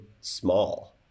small